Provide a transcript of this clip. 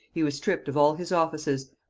he was stripped of all his offices,